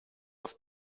auf